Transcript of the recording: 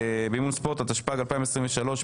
התשפ"ג-2023,